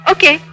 Okay